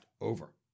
over